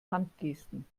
handgesten